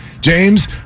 James